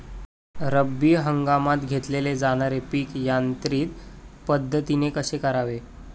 रब्बी हंगामात घेतले जाणारे पीक यांत्रिक पद्धतीने कसे करावे?